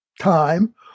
time